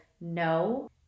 no